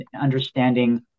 understanding